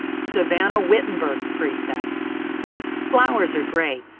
savanna wittenberg's precept flowers are great,